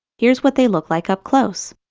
here's what they look like up close.